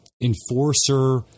enforcer